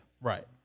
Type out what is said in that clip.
right